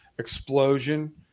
explosion